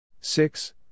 Six